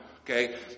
Okay